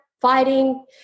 fighting